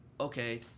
okay